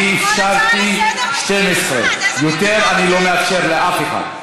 אני אפשרתי 12, יותר אני לא מאפשר לאף אחד.